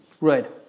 right